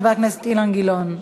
חבר הכנסת אילן גילאון,